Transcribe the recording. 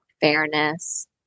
fairness